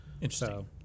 Interesting